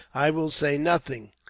i will say nothing,